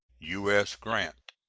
u s. grant.